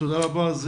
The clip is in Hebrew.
תודה רבה.